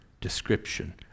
description